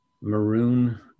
maroon